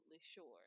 sure